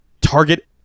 target